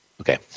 Okay